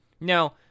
Now